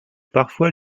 parfois